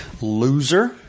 Loser